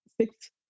six